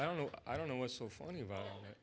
i don't know i don't know what's so funny about